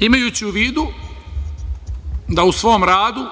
imajući u vidu da u svom radu